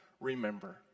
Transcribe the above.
remember